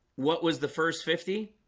what was the first fifty?